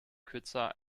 kürzer